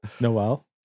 Noel